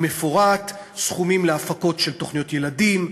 הוא מפורט: סכומים להפקות של תוכניות ילדים,